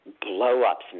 blow-ups